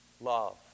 love